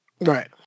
Right